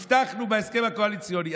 הבטחנו בהסכם הקואליציוני.